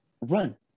run